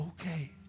okay